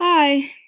Hi